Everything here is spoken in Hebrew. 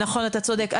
אתה צודק,